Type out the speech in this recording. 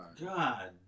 God